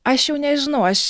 aš jau nežinau aš